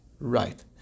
right